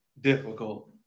difficult